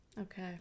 Okay